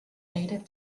native